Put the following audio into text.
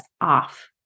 off